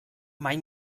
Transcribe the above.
mai